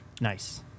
Nice